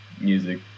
music